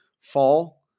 fall